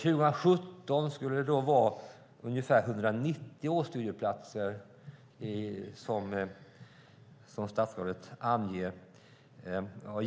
År 2017 skulle det då vara ungefär 190 årsstudieplatser, som statsrådet anger.